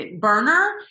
burner